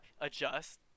adjust